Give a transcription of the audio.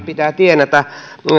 pitää tienata